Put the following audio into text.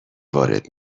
وارد